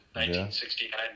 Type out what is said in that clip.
1969